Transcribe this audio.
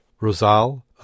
Rosal